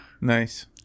Nice